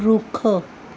ਰੁੱਖ